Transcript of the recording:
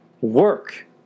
work